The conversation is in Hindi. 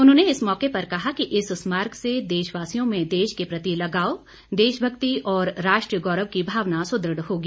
उन्होंने इस मौके पर कहा कि इस स्मारक से देशवासियों में देश के प्रति लगाव देश भक्ति और राष्ट्रीय गौरव की भावना सुदृढ़ होगी